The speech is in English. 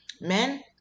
Men